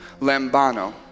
lambano